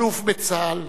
אלוף בצה"ל